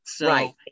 Right